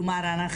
כלומר,